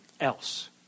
else